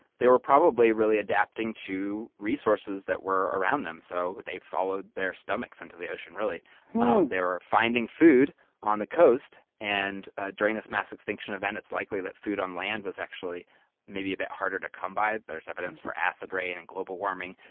they were probably really adapting to resources that were around them. so they followed their stomachs into the ocean they um were finding food on the coast. and ah during this mass extinction event, it's likely that food on land was actually maybe a bit harder to come by. there's evidence for acid rain and global warming,